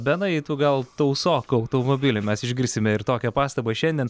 benai tu gal tausok automobilį mes išgirsime ir tokią pastabą šiandien